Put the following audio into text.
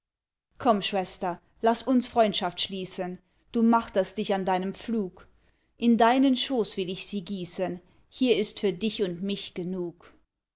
komm schwester laß uns freundschaft schließen du marterst dich an deinem pflug in deinen schoß will ich sie gießen hier ist für dich und mich genug